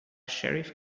sheriff